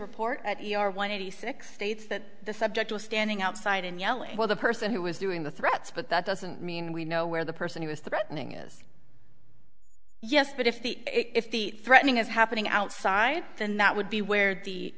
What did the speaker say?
your one eighty six states that the subject was standing outside and yelling while the person who was doing the threats but that doesn't mean we know where the person he was threatening is yes but if the if the threatening is happening outside then that would be where the